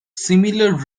similar